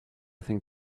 think